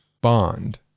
bond